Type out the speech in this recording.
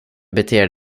beter